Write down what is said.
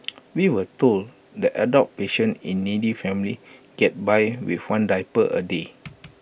we were told that adult patients in needy families get by with one diaper A day